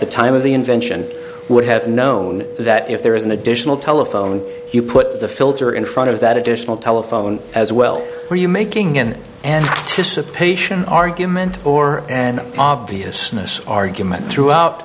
the time of the invention would have known that if there is an additional telephone you put the filter in front of that additional telephone as well are you making again and disappear argument or and obviousness argument throughout